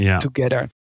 together